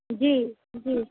جی جی